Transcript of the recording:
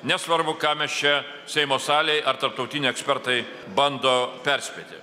nesvarbu ką mes čia seimo salėj ar tarptautiniai ekspertai bando perspėti